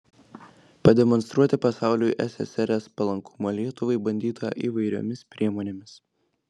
pademonstruoti pasauliui ssrs palankumą lietuvai bandyta įvairiomis priemonėmis